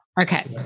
Okay